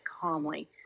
calmly